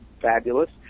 fabulous